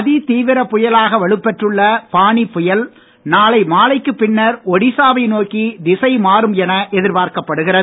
அதிதீவிர புயலாக வலுப்பெற்றுள்ள ஃபானி புயல் நாளை மாலைக்கு பின்னர் ஒடிசா வை நோக்கி திசை மாறும் என எதிர்ப்பார்க்கப்படுகிறது